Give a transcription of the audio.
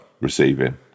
receiving